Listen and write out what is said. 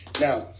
Now